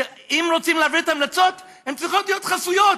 שאם רוצים להעביר את ההמלצות הן צריכות להיות חסויות.